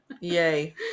Yay